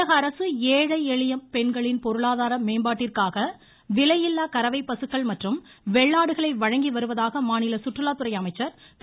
தமிழகஅரசு ஏழை எளிய பெண்களின் பொருளாதார மேம்பாட்டிற்காக விலையில்லா கறவை பசுக்கள் மற்றும் வெள்ளாடுகளை வழங்கிவருவதாக மாநில சுற்றுலாத்துறை அமைச்சர் திரு